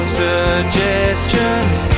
suggestions